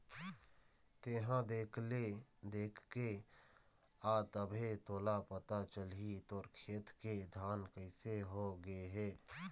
तेंहा देख ले देखके आ तभे तोला पता चलही तोर खेत के धान कइसे हो गे हे